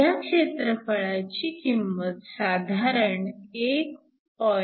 ह्या क्षेत्रफळाची किंमत साधारण 1